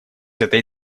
этой